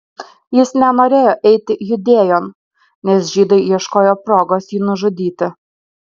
jis nenorėjo eiti judėjon nes žydai ieškojo progos jį nužudyti